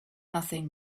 nothing